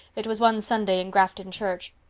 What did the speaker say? it was one sunday in grafton church.